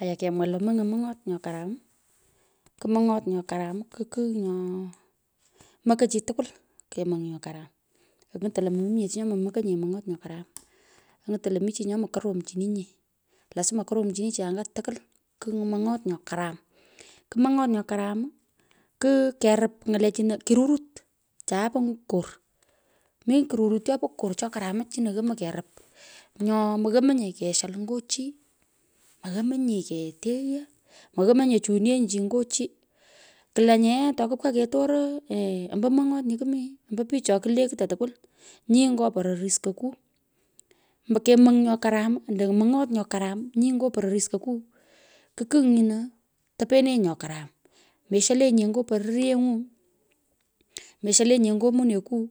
Aya kemwaia lo monyot nyo karam, ku mony’ot nyo karam ku kigh nyo mokoi chi nyo kemony nyo karam. onyuton lo mi chi nyo mo mokonye monyut nyo karam. onyuton lo mi chi pyo mokoromchini. nyo, lasma koromchiini, chi anga tukwul kumony mong’or nyo karam. Ku monyot nyo karam to kerup ny’ulechino, kirurut, chase po kor mi kirurut chopo kor cho koromach chino yomoi kerup nyu moyomoi nye keshal nye chi, mayomoi nye keteighyo, moyomoi nye chunyenyi chi nyua chi. Kulenye yee, tokupkaa ketore ombo monyot nyo kumii ombo pich cho kulekto ombo pich cho kulekto tukwol nyi nyo pororis ko ku ombo kemong nyo karam ando monyot nyu karam, nyi nyo pororis koku ku kigh nyino tepenenyi, nyo karam. Mesholenyi nye nyo pororyeng’u, mesholenyi, nye nyo moneku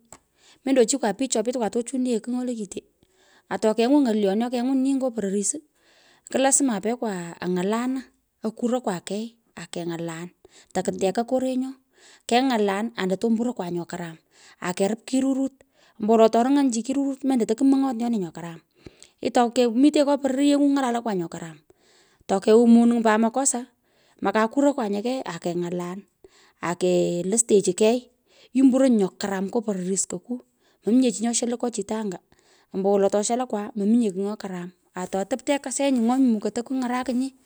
mendo chikwa pich cho petei to chuniea kigh nyolee kitee. ato kenywan ny’olyon nyo kengwan nyi ngo pororis ku lasma apekwa any'alanu, akorokwa kei akeny’alan taku teka korenyo keny’alan undo to mburokwa nyo karam akerop kirurut. To runy’anyi chi kirurut mendo takumony’ot nyoni nyo karam. I takemitenyi nyo pororyenyu ang’alanakwa nyo karam. tokeun pat monuny makosa, akurokwa nye kei akeng’alan. akelosteichi kei imburonyi nyo karam nyo porori skoku, moninye chi nyo sholoi nyo karam atotop te kesenyi. ngonyi mukoi takung’arakinyi.